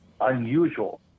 unusual